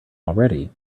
already